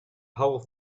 whole